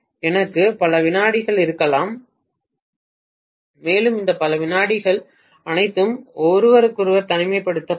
எனவே எனக்கு பல வினாடிகள் இருக்கலாம் மேலும் இந்த பல வினாடிகள் அனைத்தும் ஒருவருக்கொருவர் தனிமைப்படுத்தப்படும்